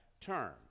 term